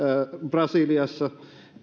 brasiliassa